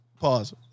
Pause